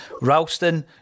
Ralston